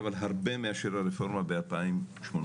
אבל הרבה מאשר הרפורמה ב-2018,